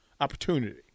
opportunity